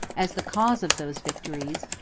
as the cause of those victories,